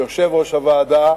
ליושב-ראש הוועדה,